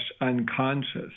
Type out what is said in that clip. unconscious